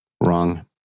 wrong